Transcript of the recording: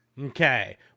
okay